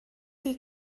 chi